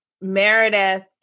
Meredith